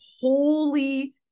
holy